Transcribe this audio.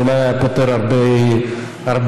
זה אולי היה פותר הרבה בעיות.